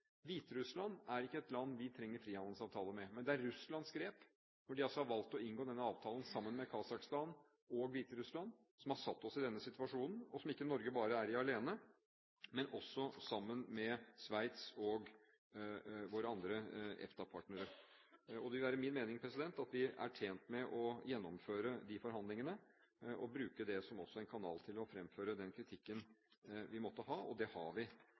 trenger frihandelsavtale med. Men det er Russlands grep, når de altså har valgt å inngå denne avtalen sammen med Kasakhstan og Hviterussland, som har satt oss i denne situasjonen, og som Norge ikke bare er i alene, men også sammen med Sveits og våre andre EFTA-partnere. Det vil være min mening at vi er tjent med å gjennomføre forhandlingene og også bruke det som en kanal for å fremføre den kritikken vi måtte ha. Det har vi